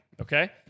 okay